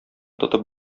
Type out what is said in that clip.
тотып